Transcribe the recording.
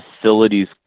facilities